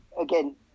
again